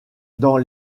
dans